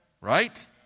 Right